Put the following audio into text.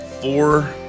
four